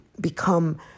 become